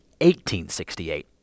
1868